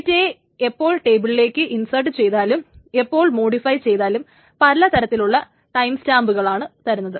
ഡേറ്റയെ എപ്പോൾ ടേബിളിലേക്ക് ഇൻസർട്ട് ചെയ്താലും എപ്പോൾ മോഡിഫൈ ചെയ്താലും പല തരത്തിലുള്ള ടൈംസ്റ്റാബ്കളാണ് തരുന്നത്